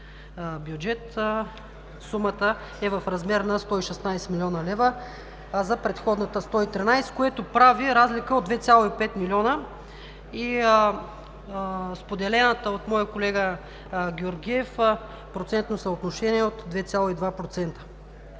бюджет сумата е в размер на 116 млн. лв., а за предходната – 113 млн. лв., което прави разлика от 2,5 млн. лв. Споделеното от моя колега Георгиев процентно съотношение от 2,2%